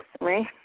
Right